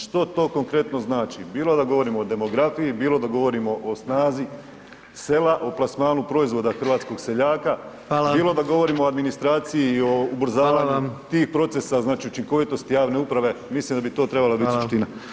Što to konkretno znači, bilo da govorimo o demografiji, bilo da govorimo o snazi sela, o plasmanu proizvoda hrvatskog seljaka [[Upadica: Hvala]] bilo da govorimo o administraciji i o ubrzavanju [[Upadica: Hvala vam]] tih procesa, znači učinkovitosti javne uprave, mislim da bi to trebala bit suština.